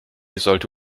sollte